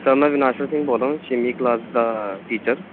sir ਮੈਂ ਵਿਨਾਸ਼ਰ ਸਿੰਘ ਬੋਲਦਾ ਛੇਵੀਂ ਕਲਾਸ ਦਾ ਟੀਚਰ